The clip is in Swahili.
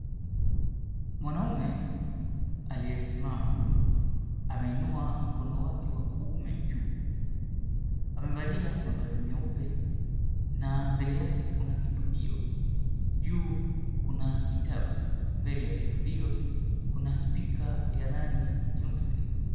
Mwanaume aliyesimama ameinua mkono wake wa kuume juu. Amevalia mavazi meupe na mbele yake kuna kitubio. Juu kuna kitabu. Mbele ya kitubio kuna spika ya rangi nyeusi.